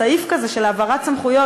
סעיף כזה של העברת סמכויות,